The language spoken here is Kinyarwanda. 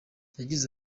yagize